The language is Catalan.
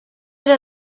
era